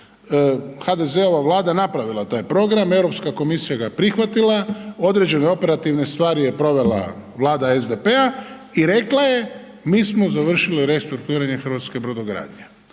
HDZ-ova Vlada je napravila taj program, Europska komisija ga je prihvatila, određene operativne stvari je provela Vlada SDP-a i rekla je mi smo završili restrukturiranje hrvatske brodogradnje.